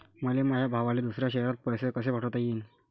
मले माया भावाले दुसऱ्या शयरात पैसे कसे पाठवता येईन?